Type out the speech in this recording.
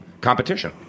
competition